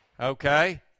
Okay